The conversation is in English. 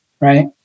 right